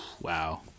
Wow